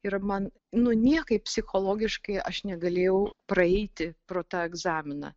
ir man nu niekaip psichologiškai aš negalėjau praeiti pro tą egzaminą